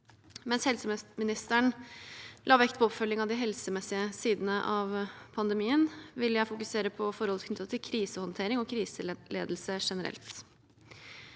Mens helseministeren la vekt på oppfølgingen av de helsemessige sidene av pandemien, vil jeg fokusere på forhold knyttet til krisehåndtering og kriseledelse generelt.